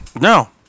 No